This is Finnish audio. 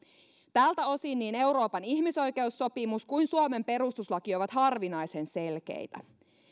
tältä osin niin euroopan ihmisoikeussopimus kuin suomen perustuslaki ovat harvinaisen selkeitä